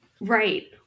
Right